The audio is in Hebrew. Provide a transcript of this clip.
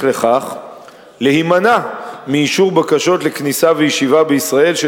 לכך להימנע מאישור בקשות לכניסה וישיבה בישראל של